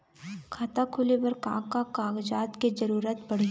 खाता खोले बर का का कागजात के जरूरत पड़ही?